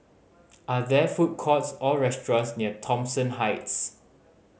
are there food courts or restaurants near Thomson Heights